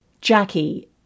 Jackie